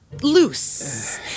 loose